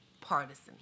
partisan